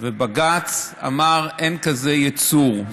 ובג"ץ אמר: אין כזה יצור.